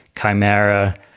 chimera